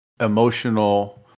Emotional